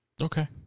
Okay